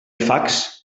fax